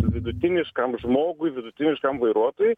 vidutiniškam žmogui vidutiniškam vairuotojui